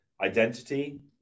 identity